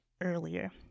earlier